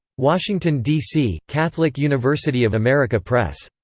washington, d c. catholic university of america press.